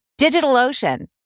DigitalOcean